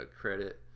credit